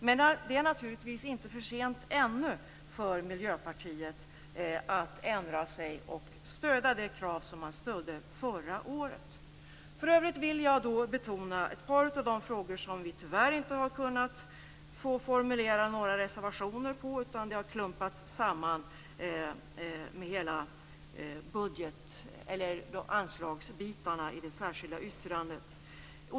Men det är naturligtvis ännu inte för sent för Miljöpartiet att ändra sig och stödja det krav som man stödde för året. För övrigt vill jag betona ett par av de frågor som vi tyvärr inte har kunnat formulera några reservationer kring. De har klumpats samman med anslagsbitarna i det särskilda yttrandet.